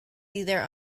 either